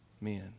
men